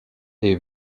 est